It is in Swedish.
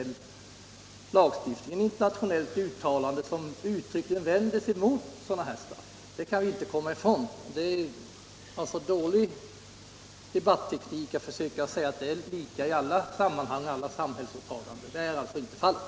Och det finns alltså internationella uttalanden som uttryckligen vänder sig mot detta - det kan man inte komma ifrån. Det är således dålig debatteknik att försöka säga att det är lika i alla sammanhang, för alla samhällsåtaganden. Så är inte fallet.